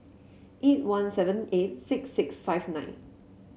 eight one seven eight six six five nine